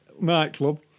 nightclub